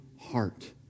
heart